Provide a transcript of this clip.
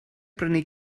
brynu